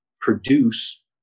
produce